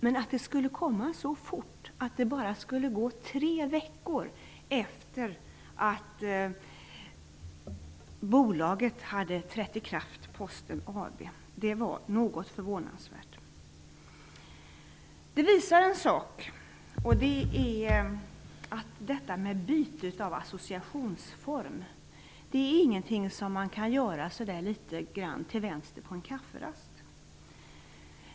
Men att det skulle ske så fort, att det bara skulle gå tre veckor efter det att bolaget Posten AB tillkommit, var något förvånansvärt. Det visar att byte av associationsform inte är någonting som man kan göra litet grand med vänster hand på en kafferast.